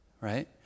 right